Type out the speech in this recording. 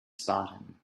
spartan